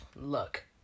look